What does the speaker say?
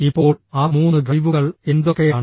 ഇപ്പോൾ ആ 3 ഡ്രൈവുകൾ എന്തൊക്കെയാണ്